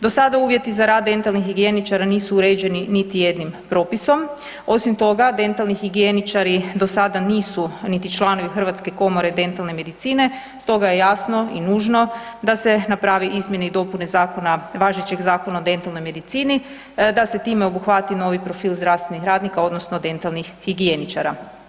Do sada uvjeti za rad dentalnih higijeničara nisu uređeni niti jednim propisom, osim toga dentalnih higijeničari do sada nisu niti članovi Hrvatske komore dentalne medicine, stoga je jasno i nužno da se naprave izmjene i dopune važećeg Zakona o dentalnoj medicini da se time obuhvati novi profil zdravstvenih radnika odnosno dentalnih higijeničara.